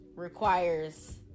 Requires